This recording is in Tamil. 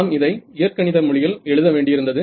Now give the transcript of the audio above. நாம் இதை இயற்கணித மொழியில் எழுத வேண்டியிருந்தது